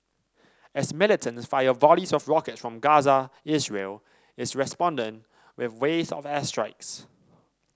as militants fire volleys of rockets from Gaza Israel is responding with waves of airstrikes